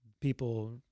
people